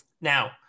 Now